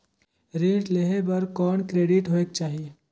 ऋण लेहे बर कौन क्रेडिट होयक चाही?